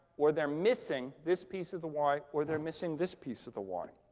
or they're missing this piece of the y, or they're missing this piece of the y.